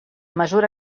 mesura